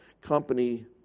company